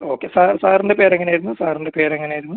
okay sir സാറിൻ്റെ പേര് എങ്ങനെ ആയിരുന്നു സാറിൻ്റെ പേര് എങ്ങനെ ആയിരുന്നു